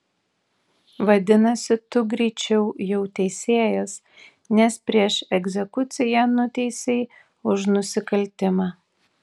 vadinasi tu greičiau jau teisėjas nes prieš egzekuciją nuteisei už nusikaltimą